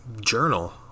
journal